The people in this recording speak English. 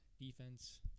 defense